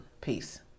Peace